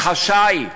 בחשאי?